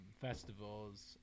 festivals